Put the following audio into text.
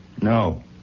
no